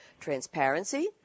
transparency